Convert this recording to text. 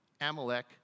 Amalek